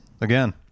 Again